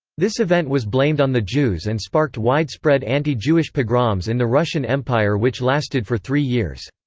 this event was blamed on the jews and sparked widespread anti-jewish pogroms in the russian empire which lasted for three years.